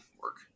work